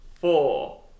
Four